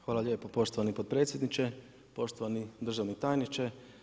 Hvala lijepo poštovani potpredsjedniče, poštovani državni tajniče.